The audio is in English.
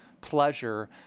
pleasure